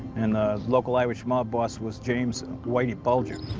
and the local irish mob boss was james whitey bulger.